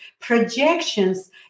projections